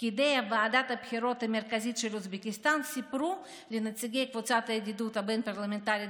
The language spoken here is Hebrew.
פקידי ועדת הבחירות של אוזבקיסטן סיפרו לנציג קבוצת הידידות הבין-פרלמנטרית